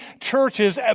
churches